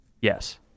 Yes